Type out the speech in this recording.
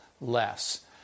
less